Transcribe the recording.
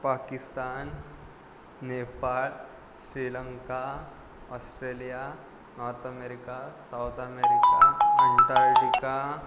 Pakistan Nepal Sri Lanka Australia north America south America Antarctica